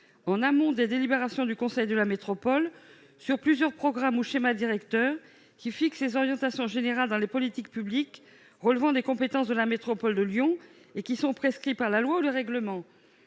en amont des délibérations du conseil de la métropole sur plusieurs programmes ou schémas directeurs qui fixent les orientations générales dans les politiques publiques relevant des compétences de la métropole de Lyon, et qui sont prescrits par la loi ou les règlements.